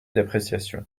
d’appréciation